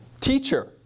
teacher